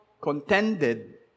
contended